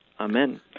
Amen